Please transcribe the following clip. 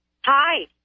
Hi